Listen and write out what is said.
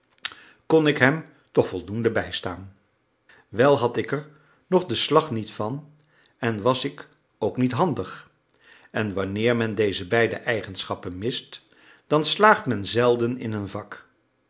kon ik hem toch voldoende bijstaan wel had ik er nog den slag niet van en was ik ook niet handig en wanneer men deze beide eigenschappen mist dan slaagt men zelden in een vak